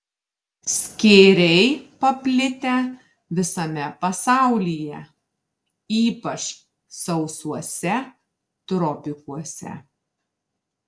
skėriai paplitę visame pasaulyje ypač sausuose tropikuose